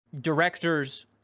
directors